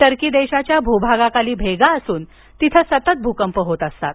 Turkey देशाच्या भूभागाखाली भेगा असून तिथं सतत भूकंप होत असतात